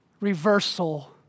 reversal